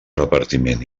repartiment